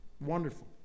Wonderful